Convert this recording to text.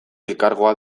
elkargoa